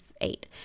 eight